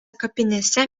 kapinėse